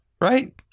Right